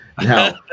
Now